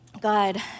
God